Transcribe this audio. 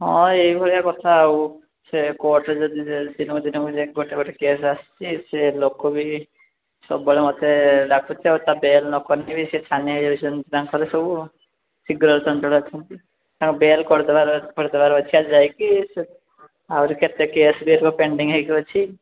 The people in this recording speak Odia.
ହଁ ଏଇଭଳିଆ କଥା ଆଉ ସେ କୋର୍ଟରେ ଯଦି ଦିନକୁ ଦିନକୁ ଯାଇଁ ଗୋଟେ ଗୋଟେ କେସ୍ ଆସୁଛି ସେ ଲୋକ ବି ସବୁବେଳେ ମୋତେ ଡାକୁଛି ଆଉ ତା ବେଲ୍ ନକଲେ ବି ସେ ଛାନିଆ ହେଇଯାଉଛି ଏମିତି ତାଙ୍କର ସବୁ ଆଉ ଶୀଘ୍ର ତାଙ୍କ ବେଲ୍ କରିଦେବାର କରଦେବାର ଅଛି ଆଜି ଯାଇକି ସେ ଆହୁରି କେତେ କେସ୍ ବି ପେଣ୍ଡିଂ ହେଇକି ଅଛି